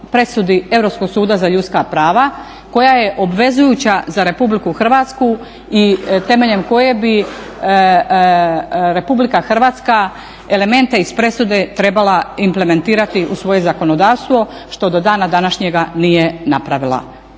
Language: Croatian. presudi Europskog suda za ljudska prava koja je obvezujuća za Republiku Hrvatsku i temeljem koje bi Republika Hrvatska elemente iz presude trebala implementirati u svoje zakonodavstvo što do dana današnjega nije napravila.